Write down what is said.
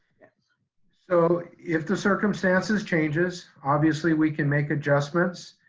so if the circumstances changes, obviously we can make adjustments.